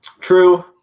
True